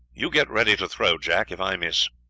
you get ready to throw, jack, if i miss.